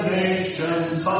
nations